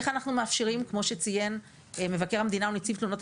אני דופק על השולחן ומתפלל לאלוהים,